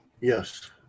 Yes